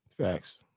facts